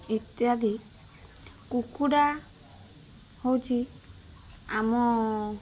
ଇତ୍ୟାଦି କୁକୁଡ଼ା ହଉଛି ଆମ